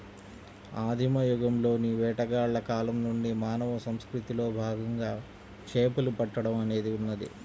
ఆదిమ యుగంలోని వేటగాళ్ల కాలం నుండి మానవ సంస్కృతిలో భాగంగా చేపలు పట్టడం అనేది ఉన్నది